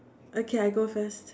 okay I go first